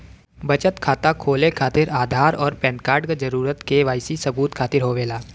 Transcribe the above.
बचत खाता खोले खातिर आधार और पैनकार्ड क जरूरत के वाइ सी सबूत खातिर होवेला